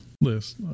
list